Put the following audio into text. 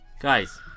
guys